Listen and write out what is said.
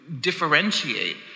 differentiate